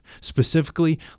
specifically